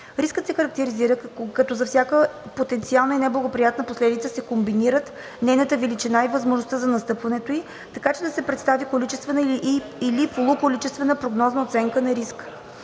Рискът се характеризира, като за всяка потенциална неблагоприятна последица се комбинират нейната величина и възможността за настъпването ѝ, така че да се предостави количествена или полуколичествена прогнозна оценка на риска.